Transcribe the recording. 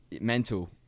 mental